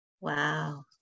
Wow